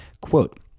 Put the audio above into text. quote